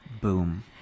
Boom